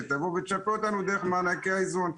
שתבוא ותשפה אותנו דרך מענקי האיזון,